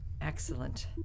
Excellent